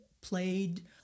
played